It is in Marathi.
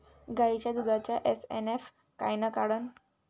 गायीच्या दुधाचा एस.एन.एफ कायनं वाढन?